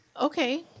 okay